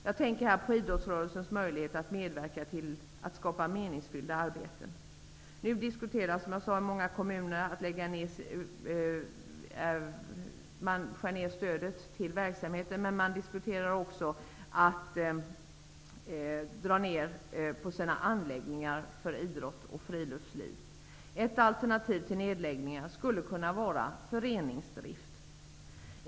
Jag tänker här på idrottsrörelsens möjligheter att medverka till att skapa meningsfyllda arbeten. Nu diskuterar man i många kommuner att skära ned stödet till verksamheten och att dra ned på anläggningarna för idrott och friluftsliv. Ett alternativ till nedläggningar skulle kunna vara föreningsdrift.